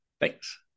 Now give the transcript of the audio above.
Thanks